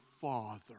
father